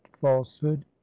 falsehood